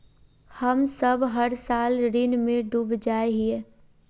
हम सब हर साल ऋण में डूब जाए हीये?